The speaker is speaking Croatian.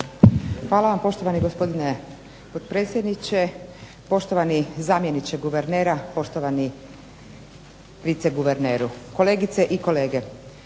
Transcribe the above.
Hvala vam poštovani gospodine potpredsjedniče, poštovani zamjeniče guvernera, poštovani viceguverneru, kolegice i kolege.